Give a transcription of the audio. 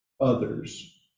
others